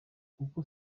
kuko